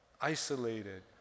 isolated